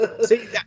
See